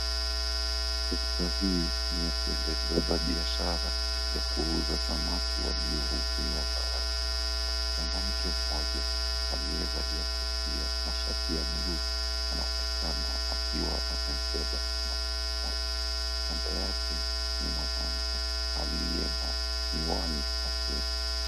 Sekta hii ni ya kuendeleza biashara ya kuuza samaki iliyovuliwa bahari. Mwanamke mmoja aliyevalia kofia na shati ya buluu, anmaonekana akiwa amebeba samaki mmoja. Kando yake ni mwanaume aliye na miwani machoni.